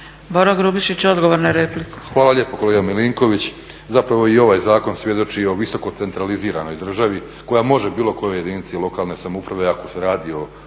**Grubišić, Boro (HDSSB)** Hvala lijepa kolega MIlinković. Zapravo i ovaj zakon svjedoči o visoko centraliziranoj državi koja može bilo kojoj jedinici lokalne samouprave ako se radi o